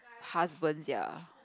husbands ya